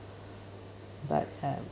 but um